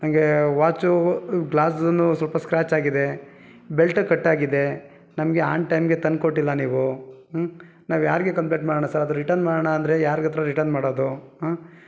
ಹಾಗೆ ವಾಚು ಗ್ಲಾಸ್ನೂ ಸ್ವಲ್ಪ ಸ್ಕ್ರ್ಯಾಚ್ ಆಗಿದೆ ಬೆಲ್ಟ್ ಕಟ್ಟಾಗಿದೆ ನಮಗೆ ಆನ್ ಟೈಮ್ಗೆ ತಂದ್ಕೊಟ್ಟಿಲ್ಲ ನೀವು ಹ್ಞೂ ನಾವು ಯಾರಿಗೆ ಕಂಪ್ಲೇಂಟ್ ಮಾಡೋಣ ಸರ್ ಅದು ರಿಟರ್ನ್ ಮಾಡೋಣ ಅಂದರೆ ಯಾರ್ಗೆ ಹತ್ತಿರ ರಿಟರ್ನ್ ಮಾಡೋದು ಹಾಂ